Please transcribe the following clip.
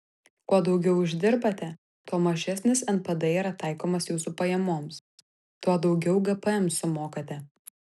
kuo daugiau uždirbate tuo mažesnis npd yra taikomas jūsų pajamoms tuo daugiau gpm sumokate